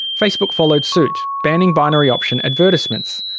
facebook followed suit, banning binary option advertisements.